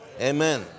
Amen